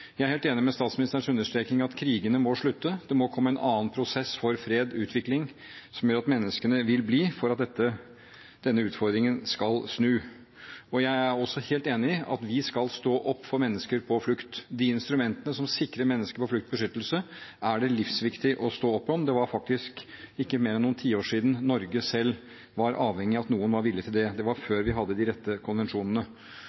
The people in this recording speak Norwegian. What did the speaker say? Jeg er helt enig i statsministerens understreking av at krigene må slutte. Det må komme en annen prosess for fred og utvikling, som gjør at menneskene vil bli for at denne utfordringen skal snu. Jeg er også helt enig i at vi skal stå opp for mennesker på flukt. De instrumentene som sikrer mennesker på flukt, beskyttelse, er det livsviktig å stå opp for. Det er faktisk ikke mer enn noen tiår siden Norge selv var avhengig av at noen var villig til det. Det var før vi hadde de rette konvensjonene.